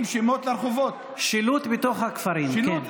שילוט בתוך הכפרים, כן.